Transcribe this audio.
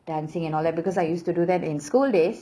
dancing and all that because I used to do that in school days